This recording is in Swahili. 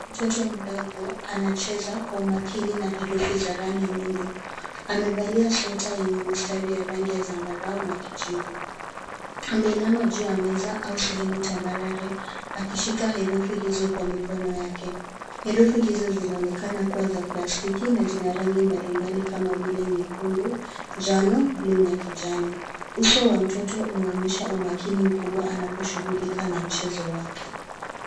Mtoto mdogo anacheza kwa makini na herufi za rangi nyingi. Amevalia sweta yenye mistari ya rangi ya zambarau na kijivu. ameinama juu ya meza au sehemu tambarare akishika herufi hizo kwa mikono yake. Herufi hizo zinaonekana kuwa za plastiki na zina rangi mbalimbali kama vile nyekundu, njano, buluu na kijani. Uso wa mtoto unaonyesha umakini mkubwa anaposhughulika na mchezo wake.